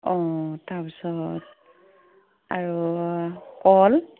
অ' তাৰ পিছত আৰু কল